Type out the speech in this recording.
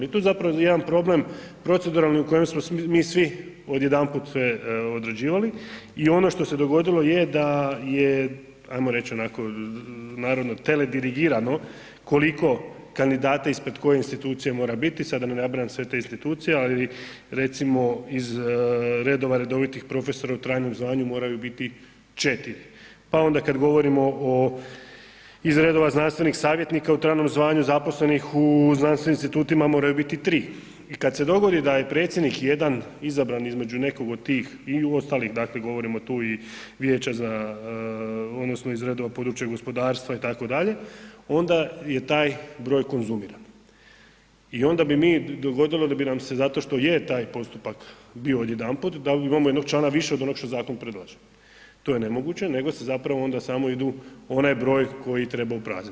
I to je zapravo jedan problem proceduralni u kojem smo mi svi odjedanput sve odrađivali i ono što se dogodilo je da je ajmo reć onako narodno teledirigirano koliko kandidata ispred koje institucije mora biti, sada da ne nabrajam sve te institucije, ali recimo iz redova redovitih profesora u trajnom zvanju moraju biti 4, pa onda kad govorimo iz redova znanstvenih savjetnika u trajnom zvanju zaposlenih u znanstvenih institutima moraju biti 3 i kad se dogodi da je predsjednik jedan izabran između nekog od tih i u ostalih dakle govorimo tu i vijeća za odnosno iz redova područja gospodarstva itd., onda je taj broj konzumiran i onda bi mi, dogodilo bi nam se zato što je taj postupak bio odjedanput da imamo jednog člana više od onog što zakon predlaže, to je nemoguće nego se zapravo onda samo idu onaj broj koji treba upraznit.